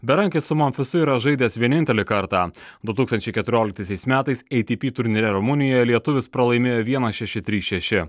berankis su monfisu yra žaidęs vienintelį kartą du tūkstančiai keturioliktaisiais metais ei ti pi turnyre rumunijoj lietuvis pralaimėjo vienas šeši trys šeši